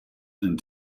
and